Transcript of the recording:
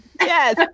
Yes